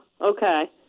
Okay